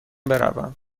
بروم